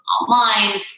online